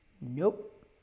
Nope